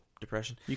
depression